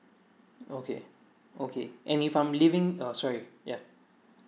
okay okay and if I'm living uh sorry yeah